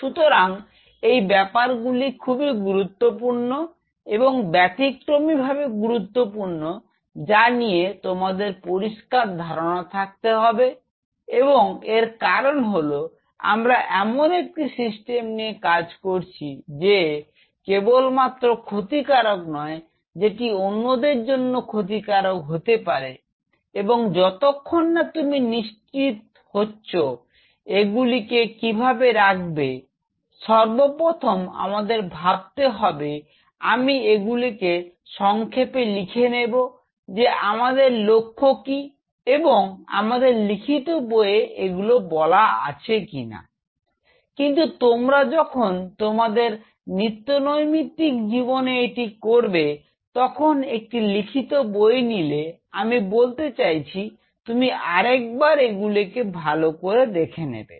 সুতরাং এই ব্যাপারগুলি খুবই গুরুত্বপূর্ণ এবং ব্যতিক্রমী ভাবে গুরুত্বপূর্ণ যা নিয়ে তোমাদের পরিষ্কার ধারণা থাকতে হবে এবং এর কারন হল আমরা এমন একটি সিস্টেম নিয়ে কাজ করছি যে কেবলমাত্র ক্ষতিকারক নয় সেটি অন্যদের জন্য ক্ষতিকারক হতে পারে এবং যতক্ষণ না তুমি নিশ্চিত হচ্ছে এগুলিকে কিভাবে রাখবে সর্বপ্রথম আমাদের ভাবতে হবে আমি এগুলোকে সংক্ষেপে লিখে নেব যে আমাদের লক্ষ্য কি এবং আমাদের লিখিত বইতে এগুলো বলা আছে কিনা কিন্তু তোমরা যখন তোমাদের নিত্যনৈমিত্তিক জীবনে এটি করবে তখন একটি লিখিত বই নিলে আমি বলতে চাইছি তুমি আরেকবার এগুলোকে ভালো করে দেখে নেবে